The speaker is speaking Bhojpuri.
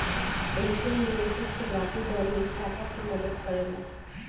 एंजेल निवेशक शुरुआती दौर में स्टार्टअप के मदद करेला